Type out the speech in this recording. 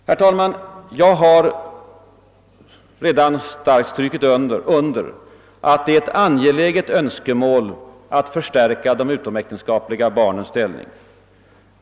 Herr talman! Jag har redan starkt strukit under att det är ett angeläget önskemål att förstärka de utomäktenskapliga barnens ställning.